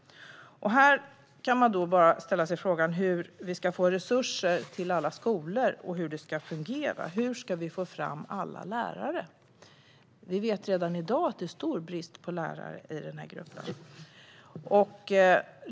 Men hur ska det fungera? Hur ska vi få resurser till alla skolor? Hur ska vi få fram lärare? Det är ju redan i dag stor brist på lärare.